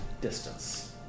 distance